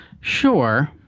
Sure